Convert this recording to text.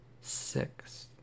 six